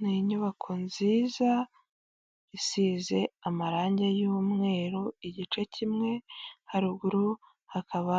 Ni inyubako nziza isize amarangi y'umweru igice kimwe haruguru hakaba